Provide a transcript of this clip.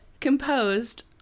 composed